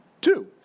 two